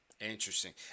Interesting